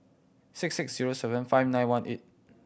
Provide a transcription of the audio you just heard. six six zero seven five nine one eight